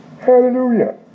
hallelujah